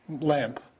lamp